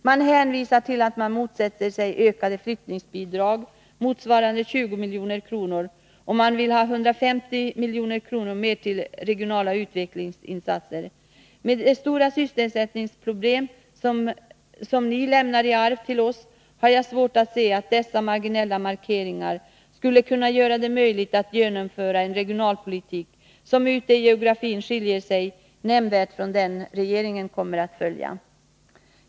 Centern hänvisar till att man motsätter sig ökade flyttningsbidrag — motsvarande 20 milj.kr. — och man vill anslå ytterligare 150 milj.kr. till regionala utvecklingsinsatser. De stora sysselsättningsproblem som centern lämnat i arv till oss gör emellertid att jag har svårt att se att dessa marginella markeringar skulle kunna göra det möjligt att genomföra en regionalpolitik som ute i landet skiljer sig nämnvärt från den regeringen kommer att följa.